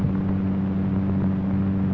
and the